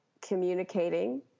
communicating